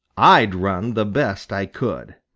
i'd run the best i could.